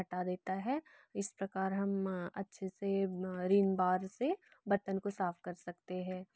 हटा देता है इस प्रकार हम अच्छे से रिम बार से बर्तन को साफ़ कर सकते हैं